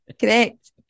Correct